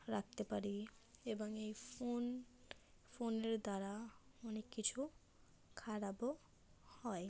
রাখতে পারি এবং এই ফোন ফোনের দ্বারা অনেক কিছু খারাপও হয়